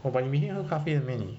oh but 你每天喝咖啡很 meh 你